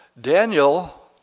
Daniel